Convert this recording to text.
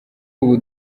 ubu